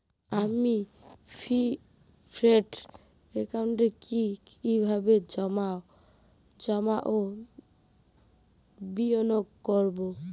আমি ফিক্সড একাউন্টে কি কিভাবে জমা ও বিনিয়োগ করব?